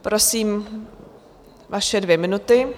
Prosím, vaše dvě minuty.